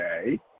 Okay